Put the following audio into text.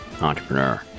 entrepreneur